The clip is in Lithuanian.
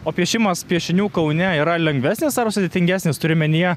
o piešimas piešinių kaune yra lengvesnis ar sudėtingesnis turiu omenyje